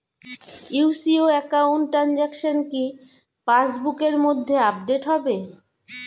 UCO account transaction কি pass বুকের মধ্যে আপডেট হবে?